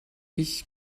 ich